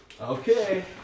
Okay